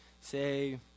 Say